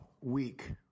week